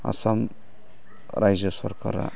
आसाय राइजो सरखारा